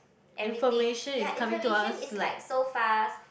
everything ya information is like so fast